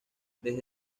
desde